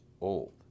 old